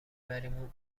بریمون